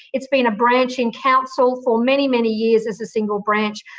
it's been a branch in council for many, many years as a single branch.